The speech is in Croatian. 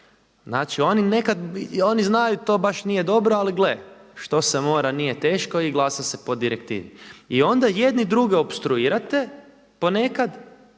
Znači oni nekad, oni znaju da to baš nije dobro, ali gle, što se mora nije teško i glasa se po direktivi. I onda jedni druge opstruirate ponekad